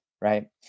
right